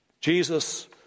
Jesus